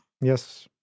Yes